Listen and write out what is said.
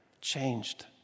changed